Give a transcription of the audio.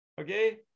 Okay